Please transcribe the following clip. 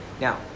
Now